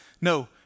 No